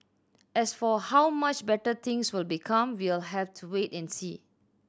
as for how much better things will become we'll have to wait and see